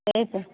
त्यही त